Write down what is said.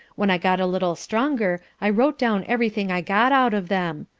when i got a little stronger i wrote down everything i got out of them.